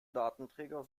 datenträger